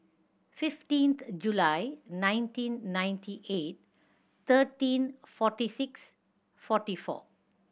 fifteenth July nineteen ninety eight thirteen forty six forty four